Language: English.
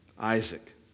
Isaac